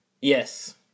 Yes